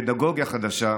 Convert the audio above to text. פדגוגיה חדשה.